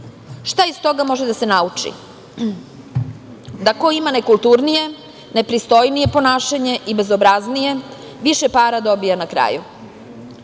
Šta iz toga može da se nauči? Da ko ima nekulturnije, nepristojnije ponašanje i bezobraznije više para dobija na kraju.